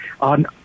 on